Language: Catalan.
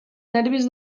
nervis